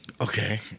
Okay